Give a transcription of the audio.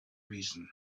reason